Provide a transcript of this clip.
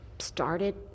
started